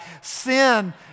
Sin